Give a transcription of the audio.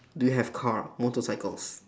do you have car motorcycles